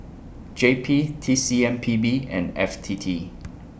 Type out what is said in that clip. J P T C M P B and F T T